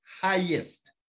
highest